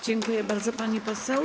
Dziękuję bardzo, pani poseł.